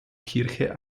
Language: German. kirche